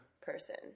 person